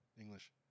English